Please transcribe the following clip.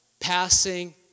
Passing